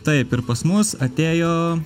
taip ir pas mus atėjo